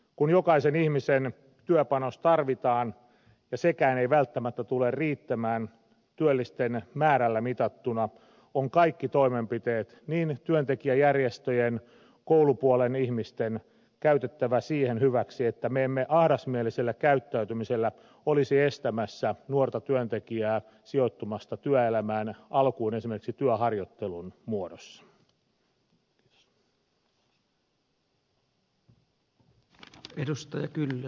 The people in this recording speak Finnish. kun jokaisen ihmisen työpanos tarvitaan ja sekään ei välttämättä tule riittämään työllisten määrällä mitattuna on kaikki toimenpiteet niin työntekijäjärjestöjen kuin koulupuolen ihmisten käytettävä sen hyväksi että me emme ahdasmielisellä käyttäytymisellä olisi estämässä nuorta työntekijää sijoittumasta työelämän alkuun esimerkiksi työharjoittelun muodossa